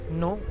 no